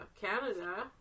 Canada